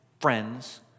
friends